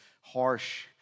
harsh